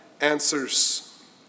answers